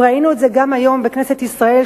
ראינו את זה גם היום בכנסת ישראל,